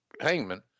hangman